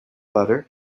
butter